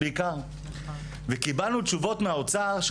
קיבלנו תשובות מהאוצר.